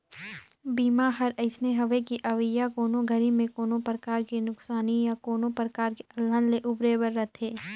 बीमा हर अइसने हवे कि अवइया कोनो घरी मे कोनो परकार के नुकसानी या कोनो परकार के अलहन ले उबरे बर रथे